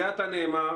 זה עתה נאמר